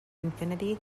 infinity